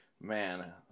man